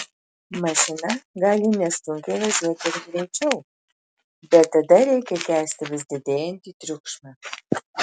mašina gali nesunkiai važiuoti ir greičiau bet tada reikia kęsti vis didėjantį triukšmą